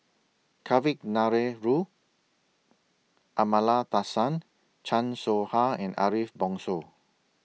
Kavignareru Amallathasan Chan Soh Ha and Ariff Bongso